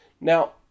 Now